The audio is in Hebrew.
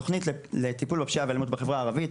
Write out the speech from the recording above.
תוכנית לטיפול בפשיעה ובאלימות בחברה הערבית,